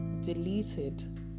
deleted